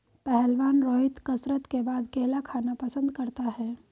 पहलवान रोहित कसरत के बाद केला खाना पसंद करता है